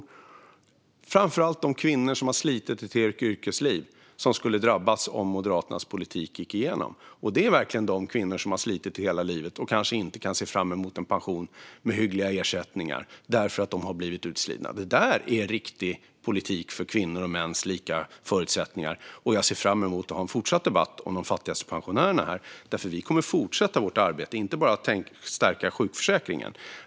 Det var framför allt de kvinnor som har slitit ett helt yrkesliv som skulle drabbas om Moderaternas politik gick igenom. Det är verkligen de kvinnor som har slitit hela livet och blivit utslitna och kanske inte kan se fram emot en pension med hyggliga ersättningar. Våra förslag är en riktig politik för kvinnors och mäns lika förutsättningar. Och jag ser fram emot att ha en fortsatt debatt om de fattigaste pensionärerna, därför att vi kommer att fortsätta vårt arbete, inte bara med att stärka sjukförsäkringen.